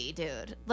dude